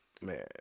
Man